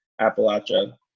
Appalachia